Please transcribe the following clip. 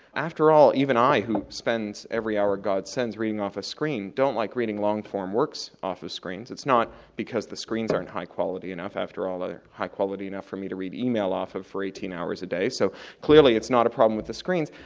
after all, even i, who spends every hour god sends reading off a screen, don't like reading long-form works off ah screens, it's not because the screens aren't high quality enough, after all they're high quality enough for me to read email off it for eighteen hours a day, so clearly it's not a problem with the screens.